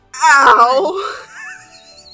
Ow